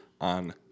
on